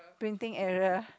printing error